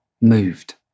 moved